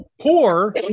poor